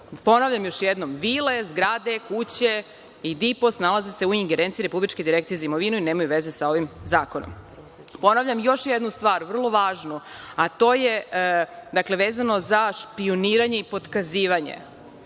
Ponavljam još jednom, vile, zgrade, kuće i DIPOS, nalaze se u ingerenciji Republičke agencije za imovinu i nemaju veze sa ovim zakonom. Ponavljam još jednu stvar, vrlo važnu, a to je vezano za špijuniranje i potkazivanje.